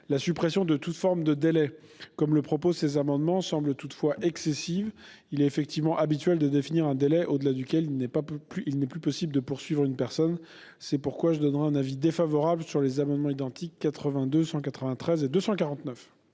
La suppression de toute forme de délai, comme le proposent les auteurs de ces amendements, semble toutefois excessive. Il est en effet habituel de définir une échéance au-delà de laquelle il n'est plus possible de poursuivre une personne. C'est pourquoi je donnerai un avis défavorable sur les amendements identiques n 82 rectifié, 193 et 249.